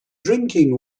drinking